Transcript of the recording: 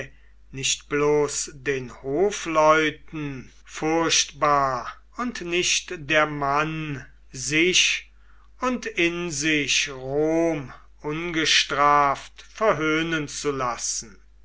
nicht bloß den hofleuten furchtbar und nicht der mann sich und in sich rom ungestraft verhöhnen zu lassen